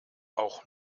auch